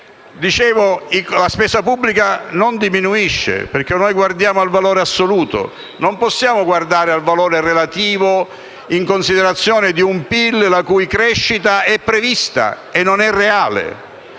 La spesa pubblica non diminuisce perché noi guardiamo al valore assoluto; non possiamo guardare al valore relativo, in considerazione di un PIL la cui crescita è prevista e non è reale.